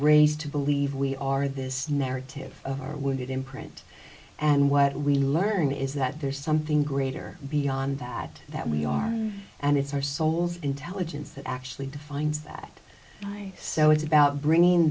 raised to believe we are this narrative of our wounded imprint and what we learn is that there's something greater beyond that that we are and it's our souls intelligence that actually defines that by so it's about bringing